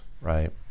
right